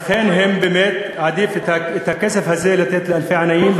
אכן, עדיף לתת את הכסף הזה לאלפי עניים.